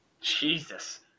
Jesus